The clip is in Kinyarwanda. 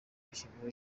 hashyirwaho